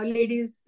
Ladies